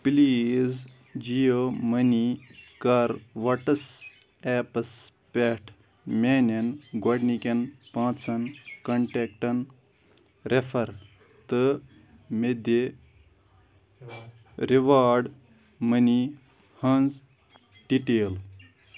please Jio money کَر وَٹٕس ایپَس پٮ۪ٹھ میٛانٮ۪ن گۄڈٕنکٮ۪ن پانٛژھن کنٹٮ۪کٹَن رٮ۪فر تہٕ مےٚ دِ رِواڈ مٔنی ہٕنٛز ڈِٹیل